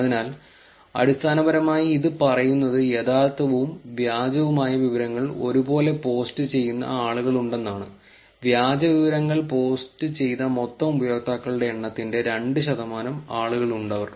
അതിനാൽ അടിസ്ഥാനപരമായി ഇത് പറയുന്നത് യഥാർത്ഥവും വ്യാജവുമായ വിവരങ്ങൾ ഒരുപോലെ പോസ്റ്റുചെയ്യുന്ന ആളുകളുണ്ടെന്നാണ് വ്യാജ വിവരങ്ങൾ പോസ്റ്റുചെയ്ത മൊത്തം ഉപയോക്താക്കളുടെ എണ്ണത്തിന്റെ 2 ശതമാനം ആളുകളുണ്ട് അവർ